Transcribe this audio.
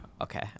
Okay